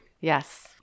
yes